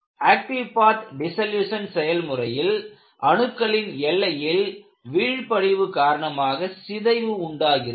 active path dissolution செயல்முறையில் அணுக்களின் எல்லையில் வீழ்ப்படிவு காரணமாக சிதைவு உண்டாகிறது